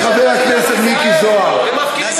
איך אתם מעזים לבקש תמיכה?